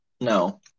no